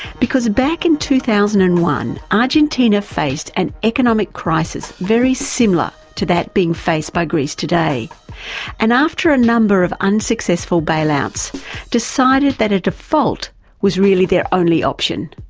because back in two thousand and one argentina faced an economic crisis very similar to that being faced by greece today and after a number of unsuccessful bailouts decided that a default was really their only option.